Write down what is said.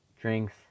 Drinks